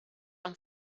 amb